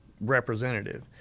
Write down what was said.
representative